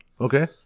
Okay